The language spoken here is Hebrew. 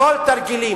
הכול תרגילים.